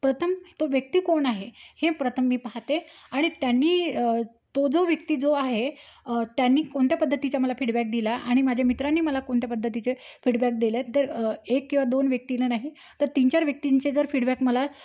प्रथम तो व्यक्ती कोण आहे हे प्रथम मी पहाते आणि त्यांनी तो जो व्यक्ती जो आहे त्यांनी कोणत्या पद्धतीच्या मला फीडबॅक दिला आणि माझ्या मित्रांनी मला कोणत्या पद्धतीचे फीडबॅक दिले आहेत तर एक किंवा दोन व्यक्तीला नाही तर तीन चार व्यक्तींचे जर फीडबॅक मला